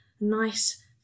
nice